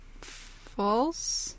False